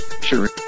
Sure